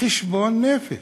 חשבון נפש.